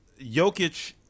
Jokic